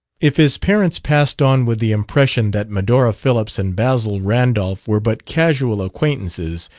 if his parents passed on with the impression that medora phillips and basil randolph were but casual acquaintances,